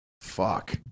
Fuck